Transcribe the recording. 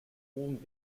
hohem